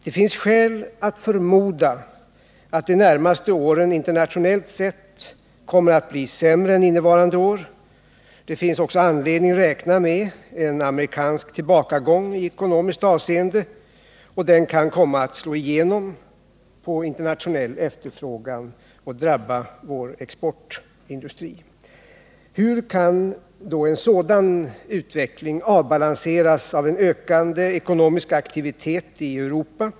Det finns skäl att förmoda att de närmaste åren internationellt sett kommer att bli sämre än innevarande år. Det finns också anledning att räkna med en amerikansk tillbakagång i ekonomiskt avseende. Den kan komma att slå igenom på den internationella efterfrågan och drabba vår exportindustri. Hur kan då en sådan utveckling avbalanseras av en ökad ekonomisk aktivitet i Europa?